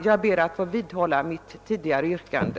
Jag ber att få vidhålla mitt tidigare yrkande.